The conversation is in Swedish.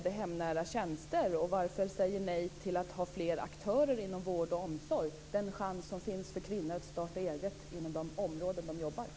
Det är den chans som finns för kvinnor att starta eget inom de områden som de jobbar i.